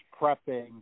prepping –